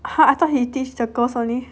!huh! I thought he teach the girls only